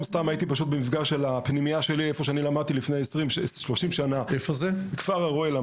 הייתי במפגש של הפנימיה שלמדתי בה לפני 30 שנה בכפר הרואה.